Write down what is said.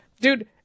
dude